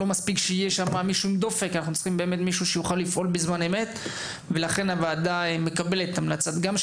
אנחנו צריכים אנשים שיפעלו בזמן אמת ולכן הוועדה מקבלת את ההמלצה של